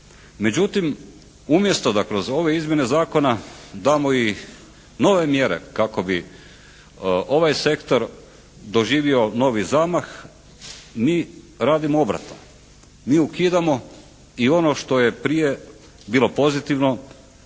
Međutim, umjesto da kroz ove izmjene zakona damo i nove mjere kako bi ovaj sektor doživio novi zamah mi radimo obratno. Mi ukidamo i ono što je prije bilo pozitivno,